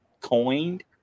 coined